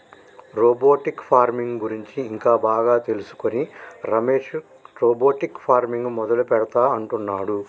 robotic farming గురించి ఇంకా బాగా తెలుసుకొని రమేష్ రోబోటిక్ ఫార్మింగ్ మొదలు పెడుతా అంటున్నాడు